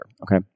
okay